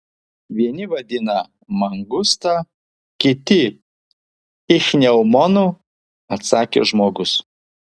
vieni vadina mangusta kiti ichneumonu atsakė žmogus